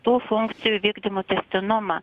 tų funkcijų vykdymo tęstinumą